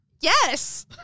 Yes